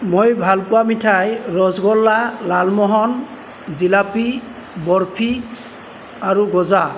মই ভালপোৱা মিঠাই ৰসগোল্লা লালমোহন জিলাপী বৰফি আৰু গজা